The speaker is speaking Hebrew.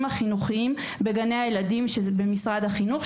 החינוכיים בגני הילדים במשרד החינוך,